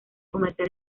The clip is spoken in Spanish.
comercial